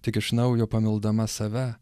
tik iš naujo pamildama save